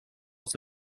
has